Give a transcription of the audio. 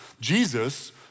Jesus